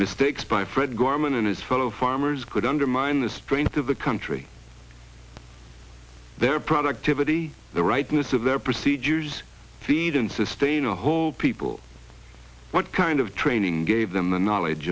mistakes by fred gorman and his fellow farmers could undermine the strength of the country their productivity the rightness of their procedures freedom sustain a whole people what kind of training gave them the knowledge